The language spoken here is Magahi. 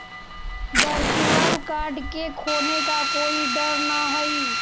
वर्चुअल कार्ड के खोने का कोई डर न हई